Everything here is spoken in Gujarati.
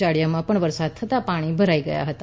જોડીયામાં પણ વરસાદ થતાં પાણી ભરાઈ ગયા હતા